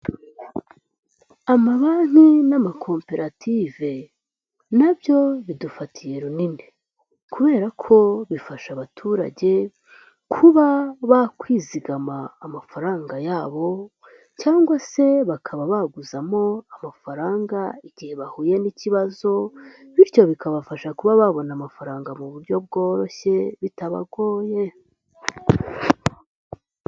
Amabanki n'amakoperative na byo bidufatiye runini kubera ko bifasha abaturage kuba bakwizigama amafaranga yabo cyangwa se bakaba baguzamo amafaranga igihe bahuye n'ikibazo bityo bikabafasha kuba babona amafaranga mu buryo bworoshye bitabagoye.